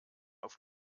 auf